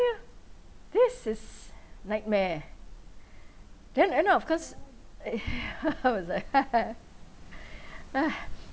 this is nightmare eh then end up of course I was like